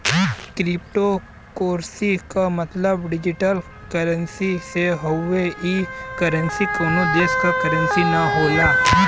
cryptocurrency क मतलब digital currency से हउवे ई करेंसी कउनो देश क करेंसी न होला